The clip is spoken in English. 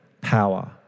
power